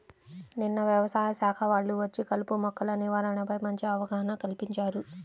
నిన్న యవసాయ శాఖ వాళ్ళు వచ్చి కలుపు మొక్కల నివారణపై మంచి అవగాహన కల్పించారు